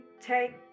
take